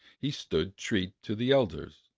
he stood treat to the elders,